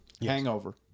Hangover